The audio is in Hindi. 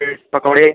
ब्रेड पकौड़े